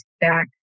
back